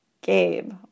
Gabe